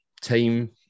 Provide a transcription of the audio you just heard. Team